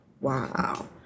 Wow